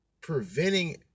preventing